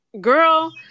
Girl